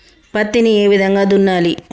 పత్తిని ఏ విధంగా దున్నాలి?